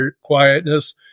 quietness